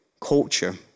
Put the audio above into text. culture